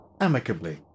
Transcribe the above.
amicably